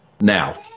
Now